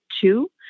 two